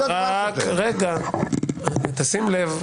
תשים לב,